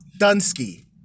Dunsky